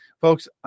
Folks